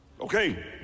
okay